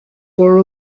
for